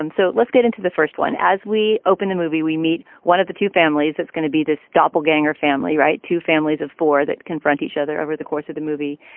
um so let's get into the first one as we open the movie we meet one of the two families that's gonna be this doppelganger family right two families of four that confront each other over the course of the movie.